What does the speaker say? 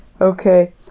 Okay